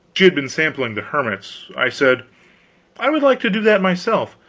she had been sampling the hermits. i said i would like to do that myself.